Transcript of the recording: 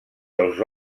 dels